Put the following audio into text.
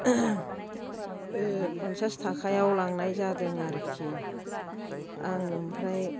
फन्सास थाखायाव लांनाय जादों आरोखि आं ओमफ्राय